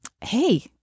hey